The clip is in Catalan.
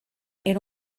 era